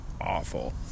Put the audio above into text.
awful